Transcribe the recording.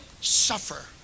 suffer